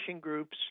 groups